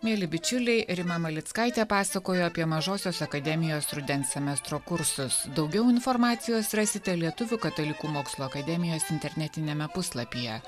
mieli bičiuliai rima malickaitė pasakojo apie mažosios akademijos rudens semestro kursus daugiau informacijos rasite lietuvių katalikų mokslo akademijos internetiniame puslapyje